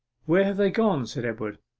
where have they gone said edward.